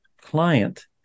client